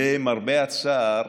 למרבה הצער,